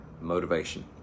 motivation